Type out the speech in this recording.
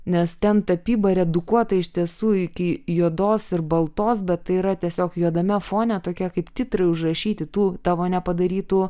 nes ten tapyba redukuota iš tiesų iki juodos ir baltos bet tai yra tiesiog juodame fone tokie kaip titrai užrašyti tų tavo nepadarytų